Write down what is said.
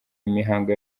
imihango